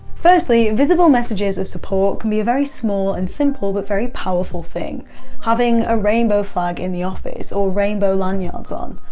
firstly, visible messages of support can be a very small and simple but very powerful thing having a rainbow flag in the office, or rainbow lanyards on.